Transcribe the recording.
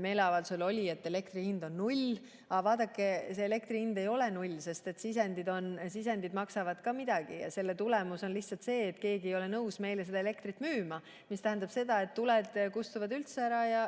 meeleavaldusel öeldi, et elektri hind on null, siis vaadake, elektri hind ei ole null, sest sisendid maksavad ka midagi. Selle tulemus oleks lihtsalt see, et keegi ei oleks nõus meile elektrit müüma, mis tähendaks seda, et tuled kustuksid üldse ära ja